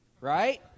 Right